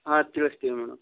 ಹಾಂ ತಿಳಿಸ್ತೀವಿ ಮೇಡಮ್